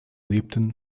lebten